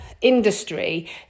industry